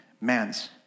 man's